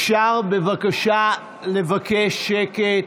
אפשר בבקשה לבקש שקט?